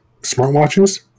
smartwatches